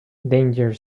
danger